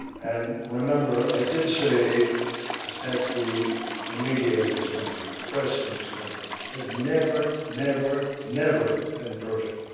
and, remember, i did say that the the media in this country, the press in this country, has never, never, never been perfect.